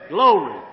Glory